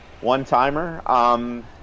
One-timer